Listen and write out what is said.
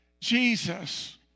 Jesus